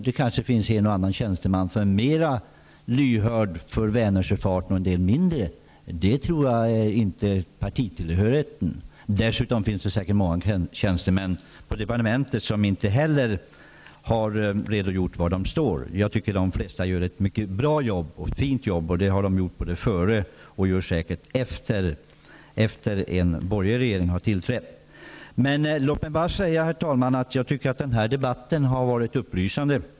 Det kanske finns en och annan tjänsteman som är mera lyhörd för Vänersjöfarten medan andra kan vara mindre lyhörda. Det tror jag inte beror på partitillhörigheten. Dessutom finns det säkert många tjänstemän på departementet som inte har redogjort för var de står. Jag tycker att de flesta gör ett mycket bra och fint jobb. Det har de gjort tidigare, och det gör de säkert även efter det att den borgerliga regeringen har tillträtt. Låt mig bara säga, herr talman, att jag tycker att den här debatten har varit upplysande.